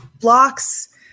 blocks